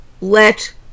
let